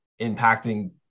impacting